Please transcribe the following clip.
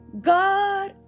God